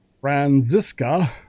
Franziska